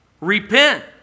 Repent